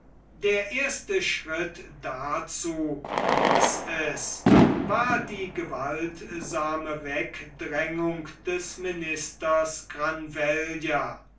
der erste schritt dazu hieß es war die gewaltsame wegdrängung des ministers